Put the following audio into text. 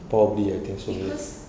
probably I think so ya